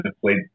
played